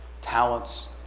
talents